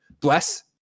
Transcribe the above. Bless